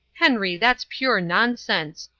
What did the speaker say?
henry, that's pure nonsense.